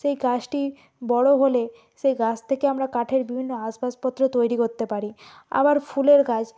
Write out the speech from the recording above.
সেই গাছটি বড়ো হলে সেই গাছ থেকে আমরা কাঠের বিভিন্ন আসবাসপত্র তৈরি করতে পারি আবার ফুলের গাছ